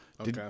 Okay